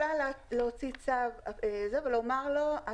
אני יכולה להוציא צו ולומר לו,